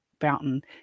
Fountain